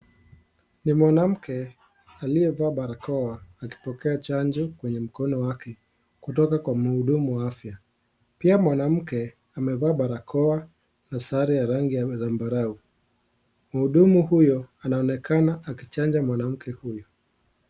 Ni mwanamke aliyevaa barakoa akipokea chanjo kwenye mkono wake kutoka kwa mhudumu wa afya pia mwanamkwe amevaa barakoa na sare ya rangi ya zambarau. Mhudumu huyo anaonekana akichanja mwanamke huyu.